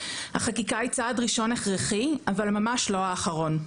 החקיקה היא צעד ראשון הכרחי, אבל ממש לא האחרון,